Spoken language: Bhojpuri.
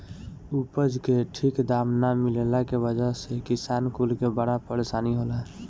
उपज के ठीक दाम ना मिलला के वजह से किसान कुल के बड़ी परेशानी होला